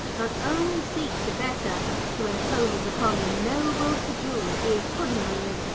not only seek the better to impose upon the noble credulity of puddin'-owners,